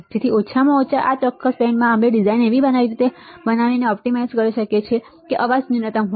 તેથી ઓછામાં ઓછા આ ચોક્કસ બેન્ડમાં અમે ડિઝાઇનને એવી રીતે ઑપ્ટિમાઇઝ કરી શકીએ છીએ કે અવાજ ન્યૂનતમ હોય